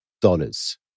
dollars